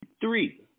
three